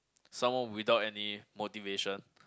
someone without any motivation